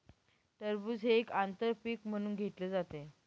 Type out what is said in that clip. टरबूज हे एक आंतर पीक म्हणून घेतले जाते